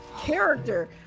character